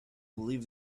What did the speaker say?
believe